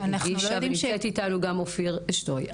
ונמצאת איתנו גם אופיר שטוי.